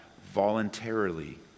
voluntarily